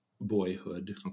Boyhood